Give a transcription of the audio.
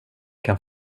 kan